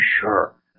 sure